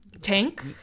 Tank